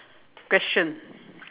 question